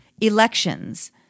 elections